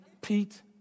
Pete